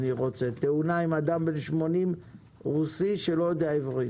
תאונה עם אדם בן 80, רוסי שלא יודע עברית.